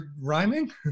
rhyming